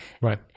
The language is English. Right